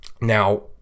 Now